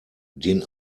den